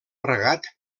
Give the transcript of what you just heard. regat